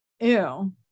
Ew